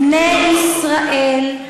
בְּנֵי ישראל.